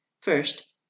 First